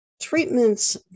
treatments